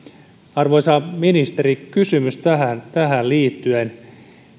arvoisa ministeri kysymys tähän tähän liittyen